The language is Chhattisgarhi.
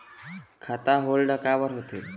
खाता होल्ड काबर होथे?